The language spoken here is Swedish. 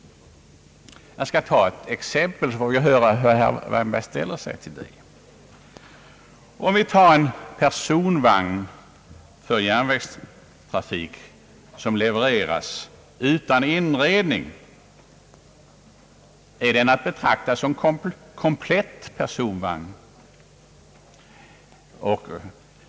Jag skall ta ett exempel, så får vi höra hur herr Wärnberg ställer sig till det. Är en personvagn för järnvägstrafik som levereras utan inredning att betrakta som komplett personvagn?